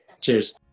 Cheers